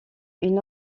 une